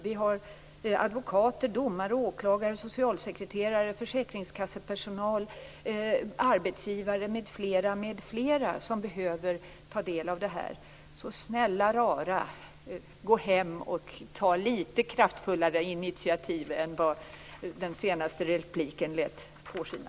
Det finns advokater, domare, åklagare, socialsekreterare, personal på försäkringskassor, arbetsgivare m.fl. som behöver ta del av resultaten. Snälla, rara, gå hem och ta mer kraftfulla initiativ än vad den senaste repliken lät påskina.